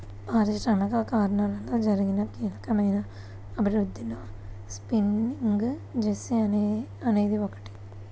పారిశ్రామికీకరణలో జరిగిన కీలకమైన అభివృద్ధిలో స్పిన్నింగ్ జెన్నీ అనేది ఒకటి